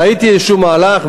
ראיתי איזשהו מהלך,